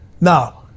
Now